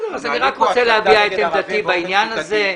אני רק רוצה להביע את עמדתי בעניין הזה.